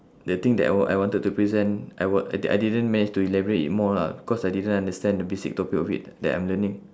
the thing that I wa~ I wanted to present I wa~ I di~ I didn't manage to elaborate it more lah cause I didn't understand the basic topic of it that I'm learning